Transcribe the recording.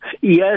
Yes